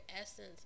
essence